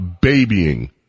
babying